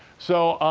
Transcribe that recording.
so,